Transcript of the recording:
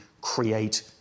create